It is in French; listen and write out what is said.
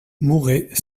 mouret